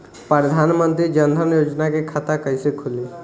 प्रधान मंत्री जनधन योजना के खाता कैसे खुली?